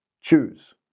choose